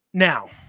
Now